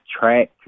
track